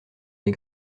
les